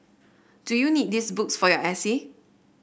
do you need these books for your essay